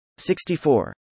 64